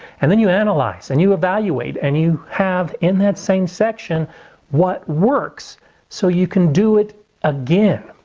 and then you analyze, and you evaluate, and you have in that same section what works so you can do it again.